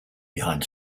behind